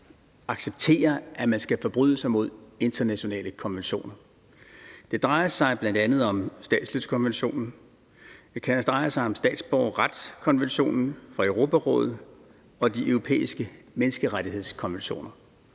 acceptere, at man skal forbryde sig mod internationale konventioner. Det drejer sig om statsløsekonventionen, det drejer sig om statsborgerretskonventionen fra Europarådet, og det drejer sig om Den Europæiske Menneskerettighedskonvention.